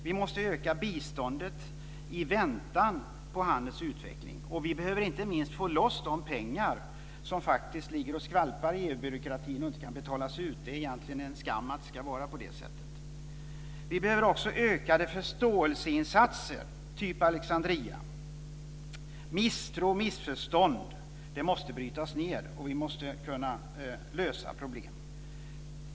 Vi måste öka biståndet i väntan på handelns utveckling. Och vi behöver inte minst få loss de pengar som faktiskt ligger och skvalpar i EU-byråkratin och inte kan betalas ut. Det är egentligen en skam att det ska vara på det sättet. Vi behöver också ökade förståelseinsatser. Ett exempel på detta är Alexandria-institutet. Misstro och missförstånd måste brytas ned, och vi måste kunna lösa problem.